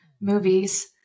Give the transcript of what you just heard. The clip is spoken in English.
movies